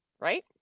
right